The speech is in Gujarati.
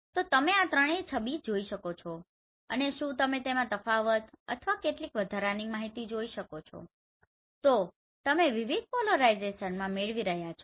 તો તમે આ ત્રણેય છબીઓ જોઈ શકો છો અને શું તમે તેમાં તફાવત અથવા કેટલીક વધારાની માહિતી શોધી શકો છો જે તમે વિવિધ પોલરાઇઝેશનમાં મેળવી રહ્યાં છો